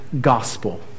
gospel